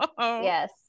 Yes